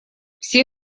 все